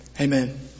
Amen